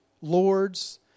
lords